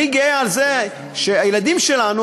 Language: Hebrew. אני גאה על זה שהילדים שלנו,